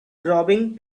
robbing